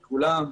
כולם.